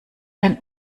ein